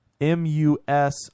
M-U-S